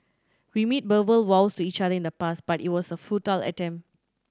we made verbal vows to each other in the past but it was a futile attempt